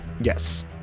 Yes